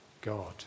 God